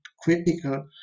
critical